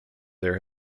there